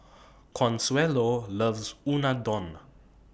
Consuelo loves Unadon